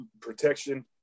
protection